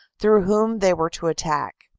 through whom they were to attack.